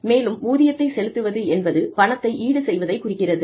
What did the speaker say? மேலும் ஊதியத்தை செலுத்துவது என்பது பணத்தை ஈடு செய்வதை குறிக்கிறது